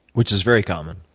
which is very common,